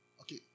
Okay